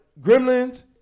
Gremlins